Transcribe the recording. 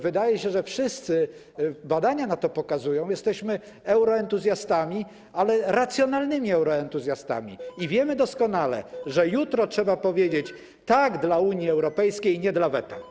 Wydaje się, że wszyscy - badania to pokazują - jesteśmy euroentuzjastami, ale racjonalnymi euroentuzjastami i wiemy doskonale, że jutro trzeba powiedzieć: tak dla Unii Europejskiej, nie dla weta.